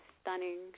stunning